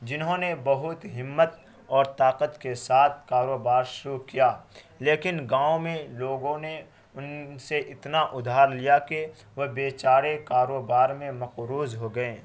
جنہوں نے بہت ہمت اور طاقت کے ساتھ کاروبار شروع کیا لیکن گاؤں میں لوگوں نے ان سے اتنا ادھار لیا کہ وہ بے چارے کاروبار میں مقروض ہو گئے